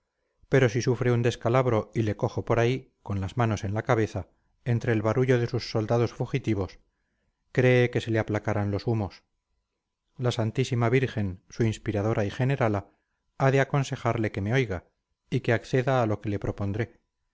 pero si sufre un descalabro y le cojo por ahí con las manos en la cabeza entre el barullo de sus soldados fugitivos cree que se le aplacarán los humos la santísima virgen su inspiradora y generala ha de aconsejarle que me oiga y que acceda a lo que le propondré